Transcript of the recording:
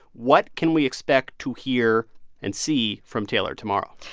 what can we expect to hear and see from taylor tomorrow?